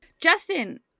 justin